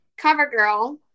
CoverGirl